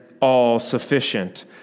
all-sufficient